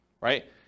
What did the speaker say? right